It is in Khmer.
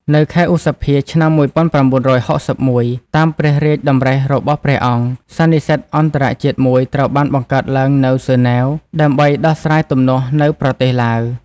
នៅខែឧសភា ឆ្នាំ១៩៦១ តាមព្រះរាជតម្រិះរបស់ព្រះអង្គ សន្និសីទអន្តរជាតិមួយត្រូវបានបង្កើតឡើងនៅហ្សឺណែវ ដើម្បីដោះស្រាយទំនាស់នៅប្រទេសឡាវ។